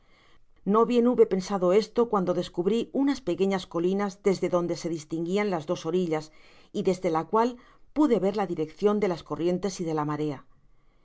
no bien hube pensado esto cuando descubri unas pequeñas colinas desde donde se distinguían las dos orillas y desde la cual pude ver la direccion de las corrientes y de la marea